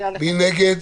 מי נגד?